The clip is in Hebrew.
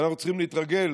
ואנחנו צריכים להתרגל